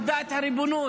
איבדו את הריבונות.